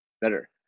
better